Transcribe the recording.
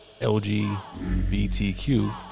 LGBTQ